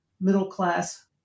middle-class